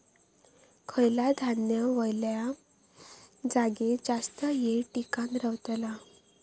खयला धान्य वल्या जागेत जास्त येळ टिकान रवतला?